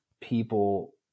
people